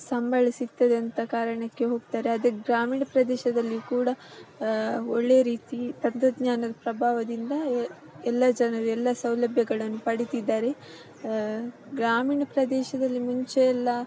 ಸಂಬಳ ಸಿಗ್ತದೆ ಅಂತ ಕಾರಣಕ್ಕೆ ಹೋಗ್ತಾರೆ ಆದರೆ ಗ್ರಾಮೀಣ ಪ್ರದೇಶದಲ್ಲಿ ಕೂಡ ಒಳ್ಳೆ ರೀತಿ ತಂತ್ರಜ್ಞಾನದ ಪ್ರಭಾವದಿಂದ ಎಲ್ಲ ಜನರು ಎಲ್ಲ ಸೌಲಭ್ಯಗಳನ್ನ ಪಡುತ್ತಿದ್ದಾರೆ ಗ್ರಾಮೀಣ ಪ್ರದೇಶದಲ್ಲಿ ಮುಂಚೆಯೆಲ್ಲ